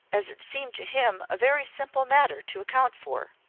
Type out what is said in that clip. as it seemed to him a very simple matter to account for.